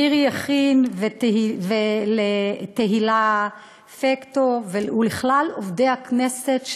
למירי יכין ולתהילה פקטר ולכלל עובדי הכנסת,